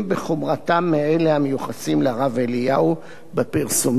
המיוחסים לרב אליהו בפרסומים בעיתונות הכתובה.